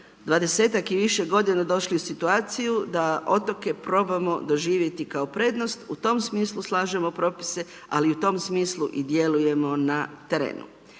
20ak i više godina došli u situaciju da otoke probamo doživjeti kao prednost, u tom smislu slažemo propise, ali u tom smislu djelujemo i na terenu.